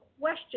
question